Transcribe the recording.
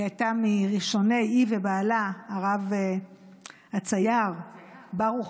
היא ובעלה, הרב הצייר ברוך